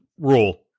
rule